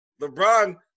LeBron